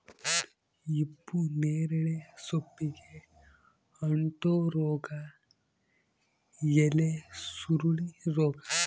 ಹಿಪ್ಪುನೇರಳೆ ಸೊಪ್ಪಿಗೆ ಅಂಟೋ ರೋಗ ಎಲೆಸುರುಳಿ ರೋಗ